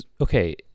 Okay